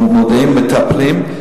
מודעים, מטפלים.